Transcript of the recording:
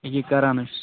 ییٚکے کَران حظ چھُس